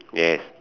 yes